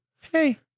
Hey